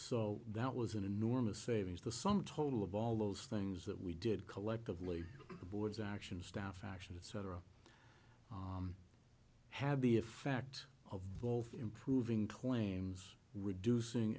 so that was an enormous savings the sum total of all those things that we did collectively the boards actions staff actions cetera had the effect of both improving claims reducing